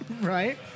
Right